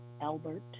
Albert